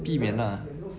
避免 ah